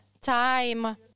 time